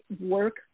work